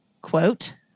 quote